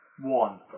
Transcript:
One